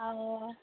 অঁ